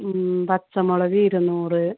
പച്ചമുളക് ഇരുന്നൂറ്